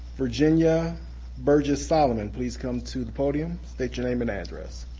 virginia burgess solomon please come to the podium? state your name and address.